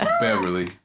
Beverly